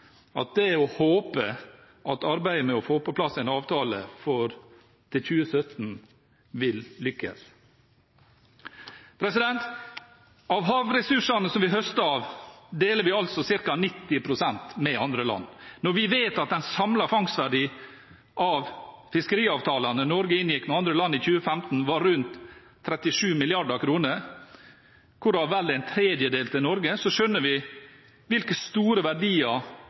at det er å håpe at arbeidet med å få på plass en avtale til 2017 vil lykkes. Av havressursene vi høster av, deler vi altså ca. 90 pst. med andre land. Når vi vet at en samlet fangstverdi av fiskeriavtalene Norge inngikk med andre land i 2015, var på rundt 37 mrd. kr, hvorav vel en tredjedel til Norge, skjønner vi hvilke store verdier